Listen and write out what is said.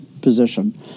position